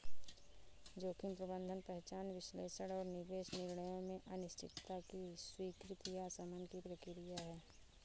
जोखिम प्रबंधन पहचान विश्लेषण और निवेश निर्णयों में अनिश्चितता की स्वीकृति या शमन की प्रक्रिया है